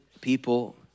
people